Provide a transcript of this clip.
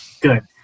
Good